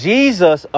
Jesus